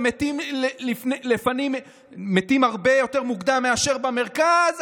ומתים הרבה יותר מוקדם מאשר במרכז?